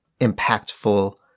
impactful